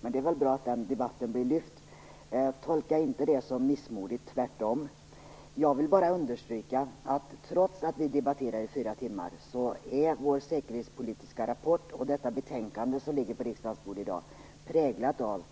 Men det är bra att den debatten blir lyft. Tolka inte det som missmodighet - tvärtom. Jag vill bara understryka, att trots att vi har debatterat i fyra timmar är vår säkerhetspolitiska rapport och det betänkande som ligger på riksdagens bord i dag präglade av